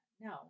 no